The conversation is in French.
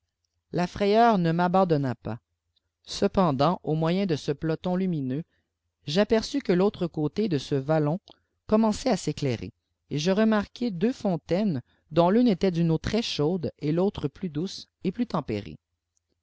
la frayeur ne m abandpnna pfts cependant au moyen de ce peloton lumineux j apêrçus que l'autre côté de ce vallor commençait à s éclairer et je remarquai deux fontaines dont tune etit d'une eau très chaude et taulre plus douce et plus tempérée